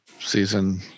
season